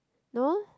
no